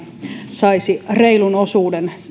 saisi reilun osuuden